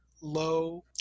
low